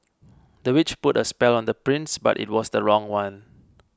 the witch put a spell on the prince but it was the wrong one